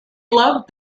loved